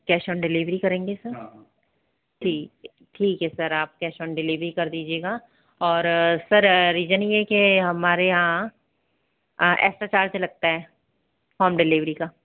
cash on delivery करेंगे sir ठीक है ठीक है सर आप केशऑन डिलिवरी कर दीजिएगा और सर रीज़न ये है के हमारे यहाँ एक्स्ट्रा चार्ज लगता होम डिलीवरी का